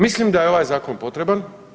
Mislim da je ovaj zakon potreban.